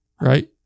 Right